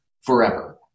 forever